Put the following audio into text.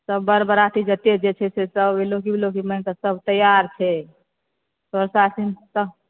सभ बर बाराती जतय जे छै सभ इलौकि बिलौकि मांगिके सभ तैआर छै